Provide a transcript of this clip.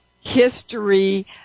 history